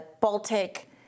Baltic